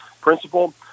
principal